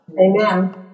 Amen